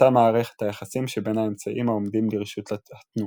השתנתה מערכת היחסים שבין האמצעים העומדים לרשות התנועה.